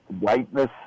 whiteness